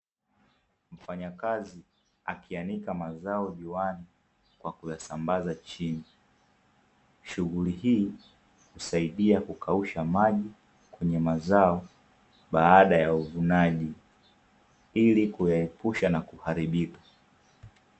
Mfanyakazi akianika mazao juani kwa kuyasambaza chini. Shughuli hii husaidia kukausha maji kwenye mazao baada ya uvunaji ili kuyaepusha na kuharibika.